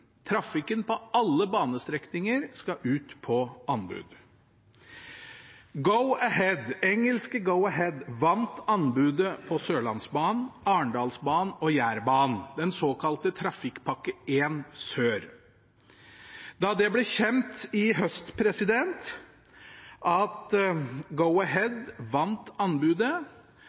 Trafikken på alle banestrekninger skal ut på anbud. Engelske Go-Ahead vant anbudet på Sørlandsbanen, Arendalsbanen og Jærbanen – den såkalte Trafikkpakke 1 Sør. Da det i fjor høst ble kjent at Go-Ahead vant anbudet,